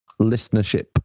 listenership